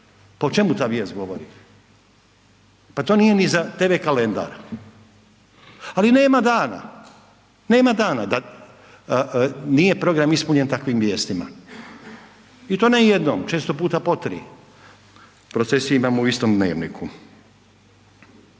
o čemu ta vijest govori? Pa to nije ni za TV Kalendar. Ali nema dana, nema dana da nije program ispunjen takvim vijestima i to ne jednom, često puta po tri procesije imamo u istom „Dnevniku“.